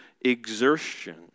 exertion